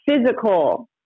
physical